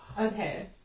Okay